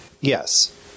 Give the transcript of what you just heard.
Yes